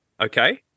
Okay